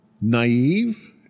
naive